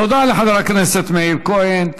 תודה לחבר הכנסת מאיר כהן.